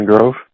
Grove